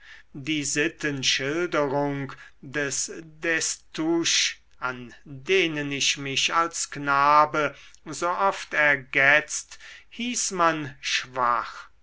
die sittenschilderungen des destouches an denen ich mich als knabe so oft ergetzt hieß man schwach